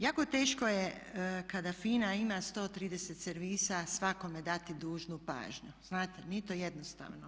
Jako teško je kada FINA ima 130 servisa svakome dati dužnu pažnju, znate nije to jednostavno.